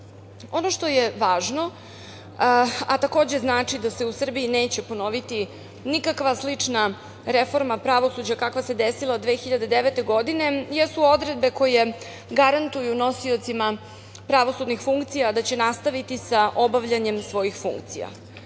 što je važno, a takođe znači da se u Srbiji neće ponoviti nikakva slična reforma pravosuđa kakva se desila 2009. godine jesu odredbe koje garantuju nosiocima pravosudnih funkcija da će nastaviti sa obavljanjem svojih funkcija. Dakle,